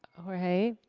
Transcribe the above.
jorge,